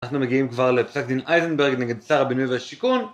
אנחנו מגיעים כבר לפסק דין אייזנברג נגד שר הבינוי והשיכון,